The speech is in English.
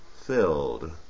filled